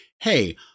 hey